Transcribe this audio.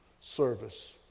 service